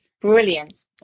Brilliant